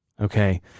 Okay